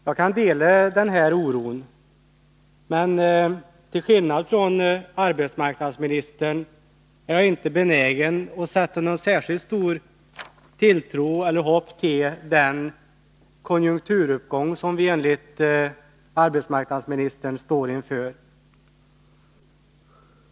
Jag kan dela denna oro, men till skillnad från arbetsmarknadsministern är jag inte benägen att sätta någon särskilt stor tilltro eller något hopp till den konjunkturuppgång som vi enligt arbetsmarknadsministern står inför.